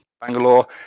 Bangalore